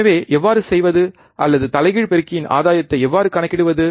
எனவே எவ்வாறு செய்வது அல்லது தலைகீழ் பெருக்கியின் ஆதாயத்தை எவ்வாறு கணக்கிடுவது